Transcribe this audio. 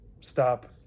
stop